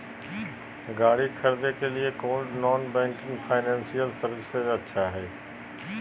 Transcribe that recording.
गाड़ी खरीदे के लिए कौन नॉन बैंकिंग फाइनेंशियल सर्विसेज अच्छा है?